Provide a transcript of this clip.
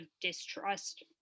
distrust